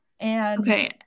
Okay